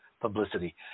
publicity